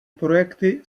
projekty